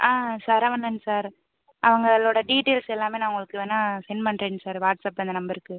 ஆ Saravanan sir அவங்களோடய details எல்லாமே நான் உங்களுக்கு வேணுனா செண்ட் பண்ணுறேங்க சார் வாட்ஸ்அப்பில் இந்த நம்பருக்கு